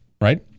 right